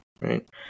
Right